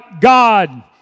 God